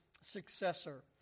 successor